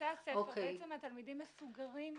בבתי הספר התלמידים מסוגרים,